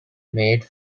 made